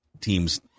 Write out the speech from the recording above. teams